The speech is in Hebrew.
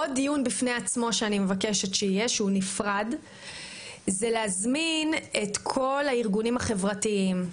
עוד דיון נפרד שאני מבקשת שיהיה הוא להזמין את כל הארגונים החברתיים,